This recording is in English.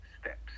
steps